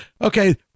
okay